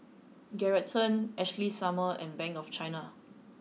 Geraldton Ashley Summers and Bank of China